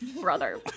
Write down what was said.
brother